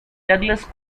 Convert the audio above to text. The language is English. douglas